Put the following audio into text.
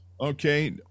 okay